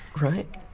right